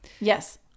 Yes